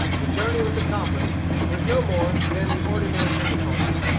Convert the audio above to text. the journey was accomplished with no more than the ordinary difficulties.